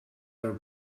are